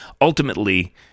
ultimately